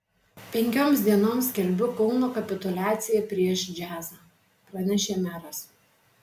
penkioms dienoms skelbiu kauno kapituliaciją prieš džiazą pranešė meras